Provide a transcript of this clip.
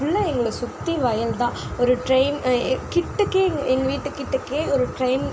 ஃபுல்லாக எங்களை சுற்றி வயல் தான் ஒரு ட்ரெயின் கிட்டக்கையே எங்கள் வீடு கிட்டக்கையே ஒரு ட்ரெயின்